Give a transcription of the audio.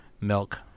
milk